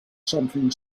something